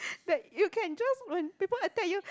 that you can just when people attack you